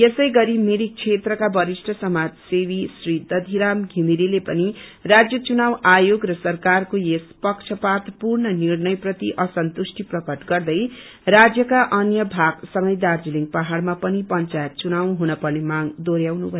यसै गरी मिरिक क्षेत्रका वरष्ठि समाजसेवी श्री दथिराम थिमिरेले पनि राज्य चुनाव आयोग र सरकारको यस पक्षपात पूर्ण निर्णय प्रति असन्तुष्टि प्रकट गर्दै राज्यका अन्य भागसंगै दार्जीलिङ पहाड़मा पनि पंचायत चुनाव हुनपर्ने मांग दोहोर्याउनु भएको छ